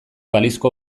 balizko